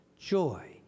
joy